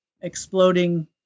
exploding